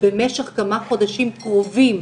במשך כמה חודשים קרובים,